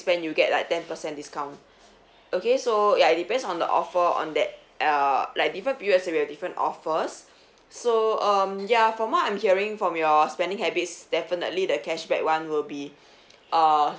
spend you get like ten percent discount okay so ya it depends on the offer on that uh like different periods will be a different offers so um ya from what I'm hearing from your spending habits definitely the cashback [one] will be uh